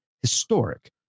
historic